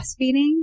breastfeeding